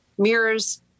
Mirrors